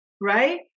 right